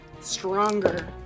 stronger